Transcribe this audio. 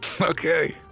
Okay